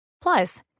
Plus